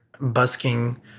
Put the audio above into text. busking